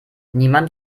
niemand